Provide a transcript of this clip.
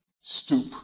Stoop